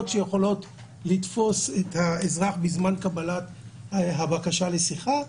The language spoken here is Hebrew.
שיכולות לתפוס את האזרח בזמן קבלת הבקשה לשיחה.